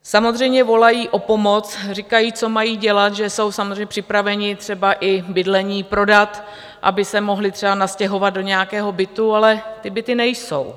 Samozřejmě volají o pomoc, říkají, co mají dělat, že jsou samozřejmě připraveni třeba i bydlení prodat, aby se mohli třeba nastěhovat do nějakého bytu, ale ty byty nejsou.